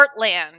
Heartland